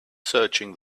searching